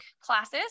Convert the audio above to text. classes